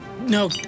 No